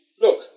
look